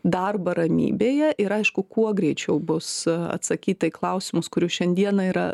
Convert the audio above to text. darbą ramybėje ir aišku kuo greičiau bus atsakyta į klausimus kurių šiandieną yra